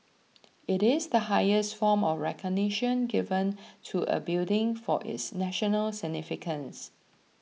it is the highest form of recognition given to a building for its national significance